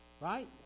Right